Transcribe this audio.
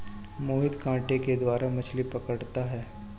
मोहित कांटे के द्वारा मछ्ली पकड़ता है